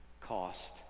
cost